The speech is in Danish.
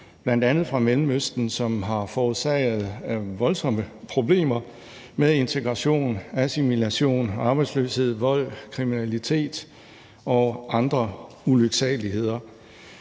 fra bl.a. Mellemøsten, som har forårsaget voldsomme problemer med integration, assimilation, arbejdsløshed, vold, kriminalitet og andre ulyksaligheder.